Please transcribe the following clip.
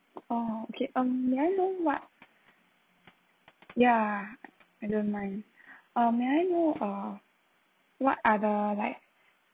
oh okay um may I know what ya I don't mind um may I know uh what are the like